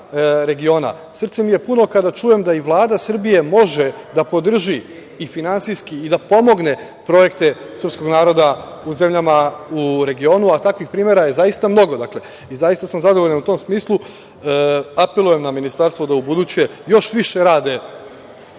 regiona, srce mi je puno kada čujem da i Vlada Srbije može da podrži finansijski i da pomogne projekte srpskog naroda u zemljama u regionu, a takvih primera je zaista mnogo. Zaista sam zadovoljan u tom smislu. Apelujem na ministarstvo da u buduće još više rade